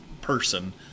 person